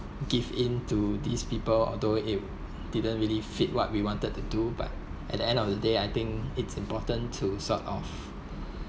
give in to these people although it didn't really fit what we wanted to do but at the end of the day I think it's important to sort of